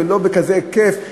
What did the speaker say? לא בכזה היקף.